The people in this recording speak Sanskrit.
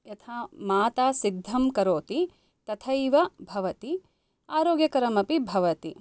यथा माता सिद्धं करोति तथैव भवति आरोग्यकरमपि भवति